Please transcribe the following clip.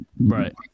right